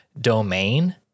domain